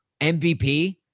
MVP